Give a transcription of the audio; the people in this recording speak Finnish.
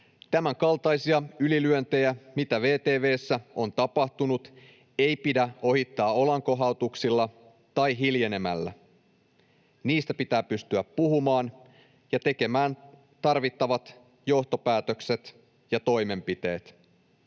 Tämänkaltaisia ylilyöntejä, mitä VTV:ssä on tapahtunut, ei pidä ohittaa olankohautuksilla tai hiljenemällä. Niistä pitää pystyä puhumaan ja tekemään tarvittavat johtopäätökset ja toimenpiteet.